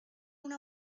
una